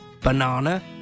banana